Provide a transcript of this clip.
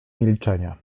milczenie